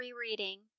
Rereading